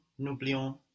n'oublions